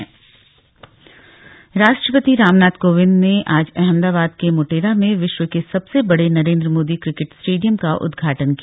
Narendra Modi stadium राष्ट्रपति रामनाथ कोविंद ने आज अहमदाबाद के मोटेरा में विश्व के सबसे बड़े नरेन्द्र मोदी क्रिकेट स्टेडियम का उदघाटन किया